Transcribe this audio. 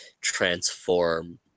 transform